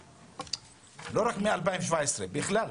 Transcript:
לא רק מ-2017 אלא בכלל.